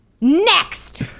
Next